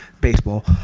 baseball